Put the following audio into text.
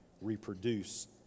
reproduce